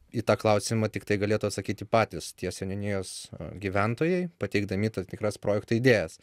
į tą klausimą tiktai galėtų atsakyti patys tie seniūnijos gyventojai pateikdami tam tikras projekto idėjas